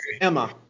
Emma